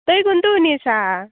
তই কোনটো শুনিছা